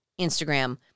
Instagram